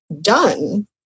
done